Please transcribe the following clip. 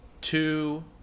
two